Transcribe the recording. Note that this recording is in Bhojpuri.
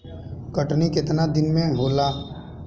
कटनी केतना दिन में होखे?